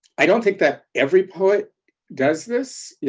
i don't think that every poet does this, yeah